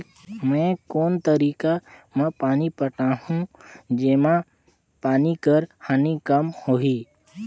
मैं कोन तरीका म पानी पटाहूं जेमा पानी कर हानि कम होही?